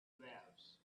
waves